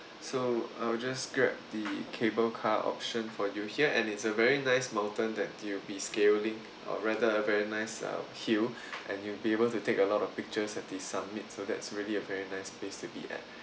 so I will just grab the cable car option for you here and it's a very nice mountain that you'll be scaling or rather a very nice uh hill and you'll be able to take a lot of pictures at the summit so that's really a very nice place to be at